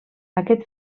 aquest